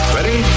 Ready